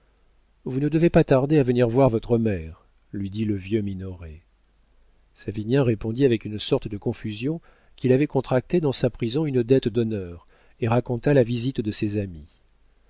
vous ne devez pas tarder à venir voir votre mère lui dit le vieux minoret savinien répondit avec une sorte de confusion qu'il avait contracté dans sa prison une dette d'honneur et raconta la visite de ses amis